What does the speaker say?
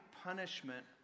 punishment